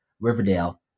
Riverdale